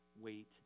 wait